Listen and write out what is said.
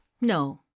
No